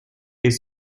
est